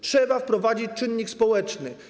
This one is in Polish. Trzeba wprowadzić czynnik społeczny.